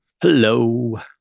Hello